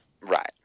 Right